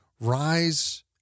rise